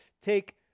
take